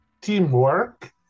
teamwork